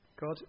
God